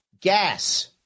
Gas